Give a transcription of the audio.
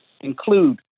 include